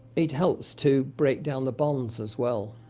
it helps to break down the bonds as well,